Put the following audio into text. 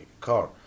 car